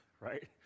right